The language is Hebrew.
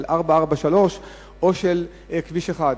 של כביש 443 או של כביש 1,